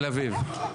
תל אביב.